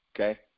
okay